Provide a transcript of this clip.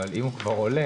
אבל אם הוא כבר עולה,